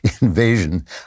invasion